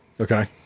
Okay